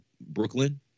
Brooklyn